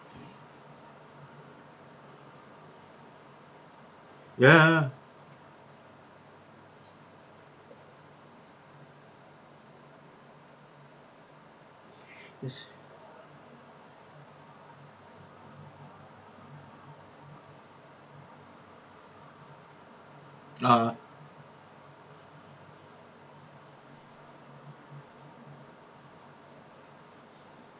ya yes uh